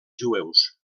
jueus